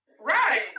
right